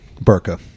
Burka